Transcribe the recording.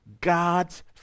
God's